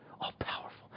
All-powerful